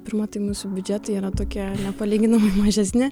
pirma tai mūsų biudžetai yra tokie nepalyginamai mažesni